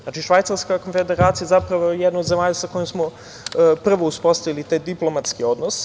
Znači, Švajcarska Konfederacija zapravo je jedna od zemalja sa kojom smo prvo uspostavili te diplomatske odnose.